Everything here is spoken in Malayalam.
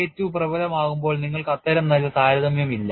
K II പ്രബലമാകുമ്പോൾ നിങ്ങൾക്ക് അത്തരം നല്ല താരതമ്യം ഇല്ല